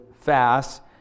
fast